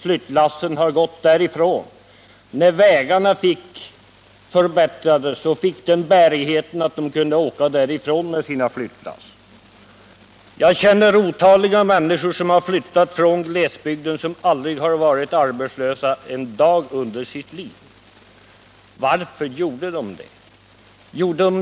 sedan vägarna förbättrats och fått sådan bärighet att de kunde åka därifrån med sina flyttlass. Jag känner otaliga människor som flyttat från glesbygden som inte har varit arbetslösa en dag under sitt liv. Varför flyttade de?